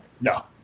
No